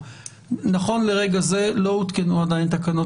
נכון לרגע זה לא הותקנו עדיין תקנות